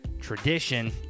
tradition